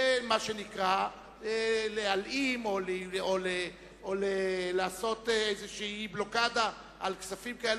זה מה שנקרא להלאים או לעשות איזו בלוקדה על כספים כאלה